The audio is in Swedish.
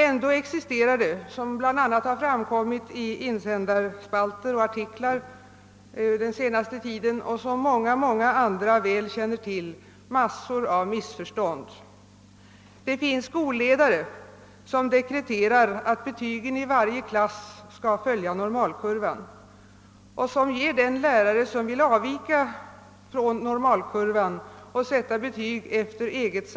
Ändå existerar det, såsom framkommit den senaste tiden bl.a. i insändarspalter och artiklar och såsom många väl känner till, mängder av missförstånd. Det finns skolledare som dekreterar att betygen i varje klass skall följa normalkurvan och som ger den lärare, som vill avvika från denna och sätta betyg efter eget